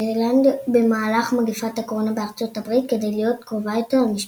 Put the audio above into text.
מרילנד במהלך מגפת הקורונה בארצות הברית כדי להיות קרובה יותר למשפחתה.